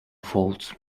faults